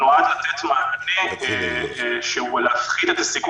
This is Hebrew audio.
בהתייחס להצעת החוק